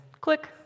click